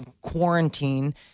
quarantine